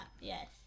yes